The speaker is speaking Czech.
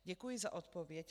Děkuji za odpověď.